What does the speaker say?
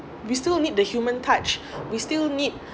we still need the human touch we still need